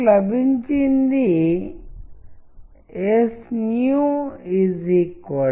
typography ప్రతి సందర్భంలోనూ image యొక్క నాణ్యతను కమ్యూనికేట్ చేయగలదు విభిన్న అర్థాలను తెలియజేస్తుంది